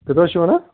کٔژ حظ چھِو وَنان